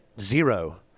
zero